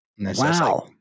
Wow